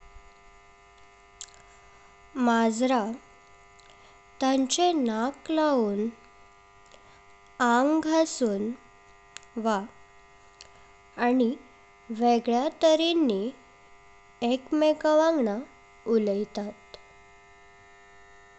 माजरा तांचे नाक लावून, आंग घासून व, आनी वेगळ्या तऱ्हेनी एक मेका वांगड उलेइतात।